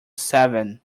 seven